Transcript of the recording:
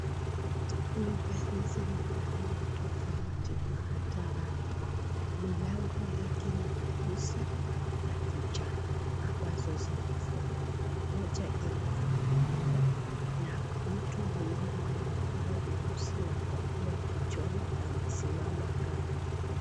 Nyumba hizi ni aina tofauti hata rangi. Milango yake ni meusi na kijani, ambazo zimefungwa. Moja imefunguliwa na mtu huyu mwenye nguo nyeusi na kofia kichwani amesimama kando.